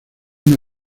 una